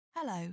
Hello